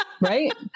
Right